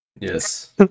Yes